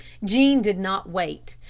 jean did not wait.